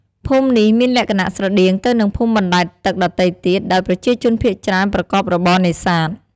ភូមិនេះមានលក្ខណៈស្រដៀងទៅនឹងភូមិបណ្ដែតទឹកដទៃទៀត ដោយប្រជាជនភាគច្រើនប្រកបរបរនេសាទ។